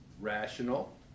Rational